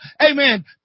amen